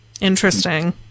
Interesting